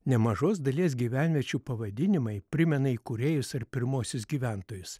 nemažos dalies gyvenviečių pavadinimai primena įkūrėjus ar pirmuosius gyventojus